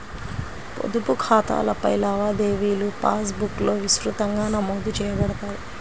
పొదుపు ఖాతాలపై లావాదేవీలుపాస్ బుక్లో విస్తృతంగా నమోదు చేయబడతాయి